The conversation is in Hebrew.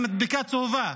עם מדבקה צהובה.